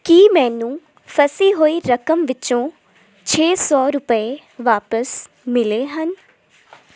ਕੀ ਮੈਨੂੰ ਫਸੀ ਹੋਈ ਰਕਮ ਵਿੱਚੋਂ ਛੇ ਸੌ ਰੁਪਏ ਵਾਪਸ ਮਿਲੇ ਹਨ